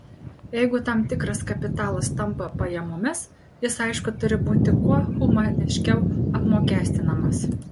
jeigu tam tikras kapitalas tampa pajamomis jis aišku turi būti kuo humaniškiau apmokestinamas